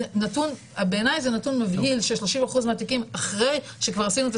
בעיני זה נתון מבהיל ש-30% מהתיקים אחרי שכבר עשינו את